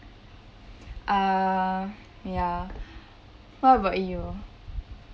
uh ya what about you